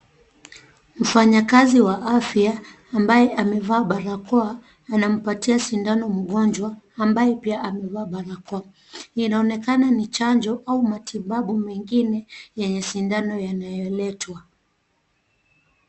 Mfanyakazi wa afya ambaye amevaa barakoa anampatia sindano mgonjwa ambaye pia amevaa barakoa. Inaonekana ni chanjo au matibabu mengine yenye sindano yanayoletwa.